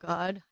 God